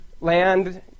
land